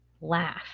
laugh